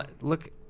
look